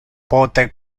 pote